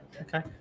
Okay